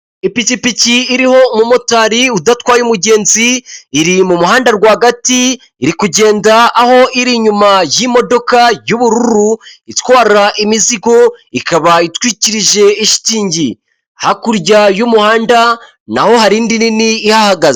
Ipikipiki iriho umumotari udatwaye umugenzi iri mu muhanda rwagati iri kugenda aho iri inyuma y'imodoka y'ubururu, itwara imizigo, ikaba itwikirije shitingi, hakurya y'umuhanda, naho hari indi nini ihahagaze.